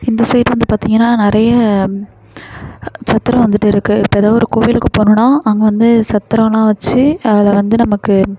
இந்த சைடு வந்து பார்த்தீங்கன்னா நிறைய சத்திரம் வந்துட்டு இருக்குது இப்போது ஏதோ ஒரு கோவிலுக்கு போனோம்னால் அங்கு வந்து சத்திரலாம் வச்சு அதை வந்து நமக்கு